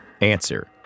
Answer